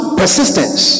persistence